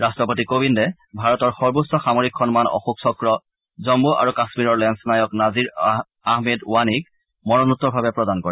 ৰট্টপতি কোবিন্দে ভাৰতৰ সৰ্বোচ্চ সামৰিক সন্মান অশোক চক্ৰ জম্মু আৰু কাশ্মীৰৰ লেলনায়ক নাজিৰ আহমেদ ৱানিক মৰনোত্তৰভাৱে প্ৰাদন কৰে